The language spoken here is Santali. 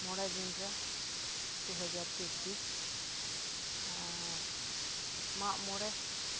ᱢᱚᱬᱮ ᱫᱤᱱ ᱨᱮ ᱫᱩ ᱦᱟᱡᱟᱨ ᱪᱚᱵᱵᱤᱥ ᱟᱨ ᱢᱟᱜ ᱢᱚᱬᱮ